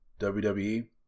WWE